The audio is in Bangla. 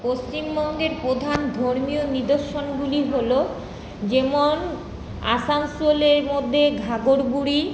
পশ্চিমবঙ্গের প্রধান ধর্মীয় নিদর্শনগুলি হল যেমন আসানসোলের মধ্যে ঘাঘড়গুড়ি